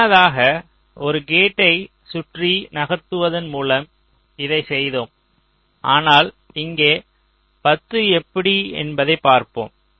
முன்னதாக ஒரு கேட்டை சுற்றி நகர்த்துவதன் மூலம் இதைச் செய்தோம் ஆனால் இங்கே 10 எப்படி என்பதை பார்ப்போம்